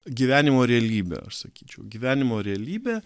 gyvenimo realybė aš sakyčiau gyvenimo realybė